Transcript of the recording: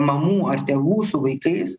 mamų ar tėvų su vaikais